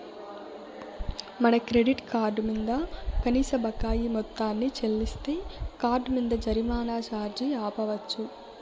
మన credit card మింద కనీస బకాయి మొత్తాన్ని చెల్లిస్తే కార్డ్ మింద జరిమానా ఛార్జీ ఆపచ్చు